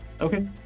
Okay